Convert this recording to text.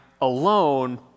alone